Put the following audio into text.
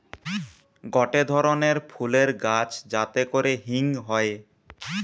গটে ধরণের ফুলের গাছ যাতে করে হিং হয়ে